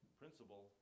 principle